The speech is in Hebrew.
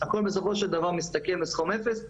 הכל בסופו של דבר מסתכם לסכום אפס,